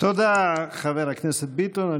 תודה, חבר הכנסת ביטון.